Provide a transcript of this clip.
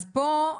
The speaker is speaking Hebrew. אז פה,